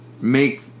make